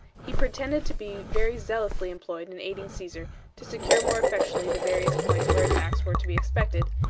he pretended to be very zealously employed in aiding caesar to secure more effectually the various points where attacks were to be expected,